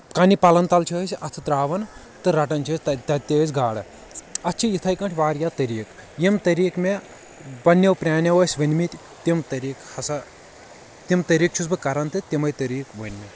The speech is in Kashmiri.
کنہِ پلن تل چھِ أسۍ اتھہٕ تراوان تہٕ رٹان چھِ أسۍ تتہِ تہِ أسۍ گاڈٕ اتھ چھِ یتھے کٲٹھۍ واریاہ طٔریٖقہِ یِم طٔریٖقہٕ مےٚ پننٮ۪و پرانٮ۪و ٲسۍ ؤنۍمٕتۍ تِم طٔریٖقہٕ ہسا تِم طریٖقہٕ چھُس بہٕ کران تہٕ تِمے طٔریٖقہٕ ؤنۍ مےٚ